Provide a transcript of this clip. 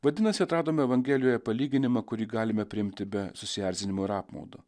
vadinasi atradome evangelijoje palyginimą kurį galime priimti be susierzinimo ir apmaudo